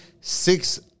six